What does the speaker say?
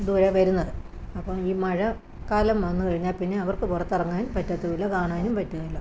ദൂരെ വരുന്നത് അപ്പം ഈ മഴക്കാലം വന്നു കഴിഞ്ഞാൽ പിന്നെ അവർക്ക് പുറത്തിറങ്ങാൻ പറ്റത്തുമില്ല കാണാനും പറ്റില്ല